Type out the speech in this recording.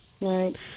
Right